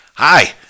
Hi